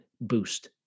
boost